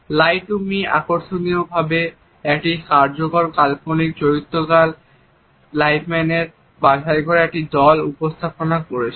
lie to me "Lie To Me" আকর্ষণীয়ভাবে একটি কার্যকর কাল্পনিক চরিত্র ক্যাল লাইটম্যানের বাছাই করা একটি দল উপস্থাপনা করেছে